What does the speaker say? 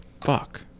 Fuck